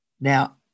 Now